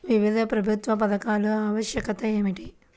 వివిధ ప్రభుత్వ పథకాల ఆవశ్యకత ఏమిటీ?